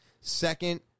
second